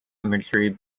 imagery